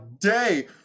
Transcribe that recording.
day